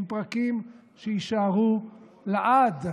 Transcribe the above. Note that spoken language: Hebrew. הם פרקים שיישארו לעד.